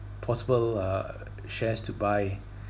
possible uh shares to buy